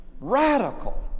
radical